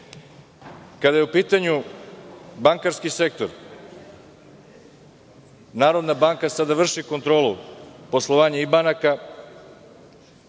je u pitanju bankarski sektor, Narodna banka sada vrši kontrolu poslovanja i banaka,